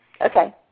okay